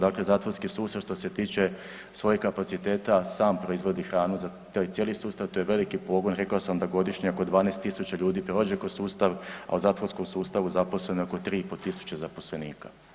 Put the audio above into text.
Dakle, zatvorski sustav što se tiče svojih kapaciteta sam proizvodi hranu za taj cijeli sustav i to je veliki pogon, rekao sam da godišnje pod 12.000 ljudi prođe kroz sustav, a u zatvorskom sustavu zaposleno je oko 3.500 zaposlenika.